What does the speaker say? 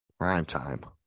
primetime